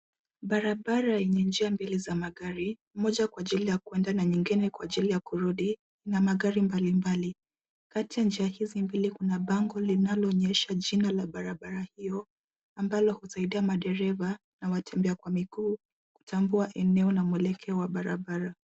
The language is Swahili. Barabara yenye njia mbili za magari moja kwa ajili ya kwenda na nyingine kwa ajili ya kurudi na magari mbalimbali. Kati ya njia hizi mbili kuna bango linaloonyesha jina la barabara hiyo ambalo husaidia madereva na watembea kwa miguu kutambua eneo na mwelekeo wa barabara.